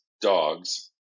dogs